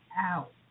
out